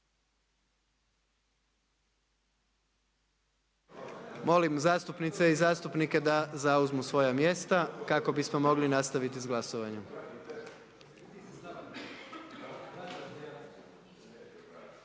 Molim zastupnice i zastupnike da zauzmu svoja mjesta kako bismo mogli nastaviti sa glasovanjem.